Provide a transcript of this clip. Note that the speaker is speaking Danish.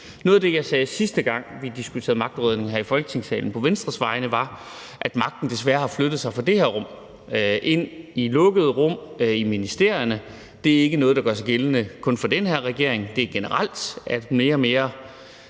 Venstres vegne sagde, sidste gang vi diskuterede magtudredning her i Folketingssalen, var, at magten desværre har flyttet sig fra det her rum og ind i lukkede rum i ministerierne. Det er ikke noget, der kun gør sig gældende for den her regering, det er generelt, at flere og flere